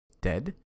dead